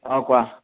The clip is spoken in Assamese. অঁ কোৱা